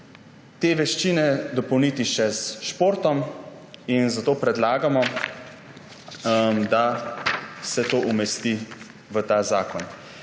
te veščine dopolniti še s športom in zato predlagamo, da se to umesti v ta zakon.